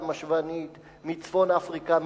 מצפון-אפריקה,